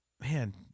man